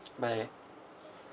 bye